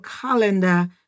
calendar